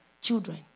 children